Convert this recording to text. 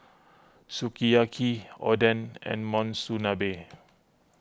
Sukiyaki Oden and Monsunabe